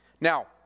Now